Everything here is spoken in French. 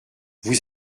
vous